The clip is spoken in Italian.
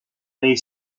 nei